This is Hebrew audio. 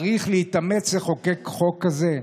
צריך להתאמץ לחוקק חוק כזה?